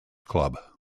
club